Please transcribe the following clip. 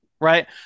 Right